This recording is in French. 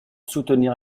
soutenir